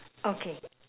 okay